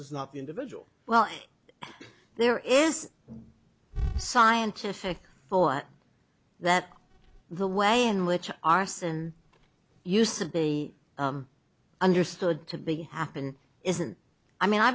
is not the individual well there is scientific thought that the way in which arson use of be understood to be happen isn't i mean i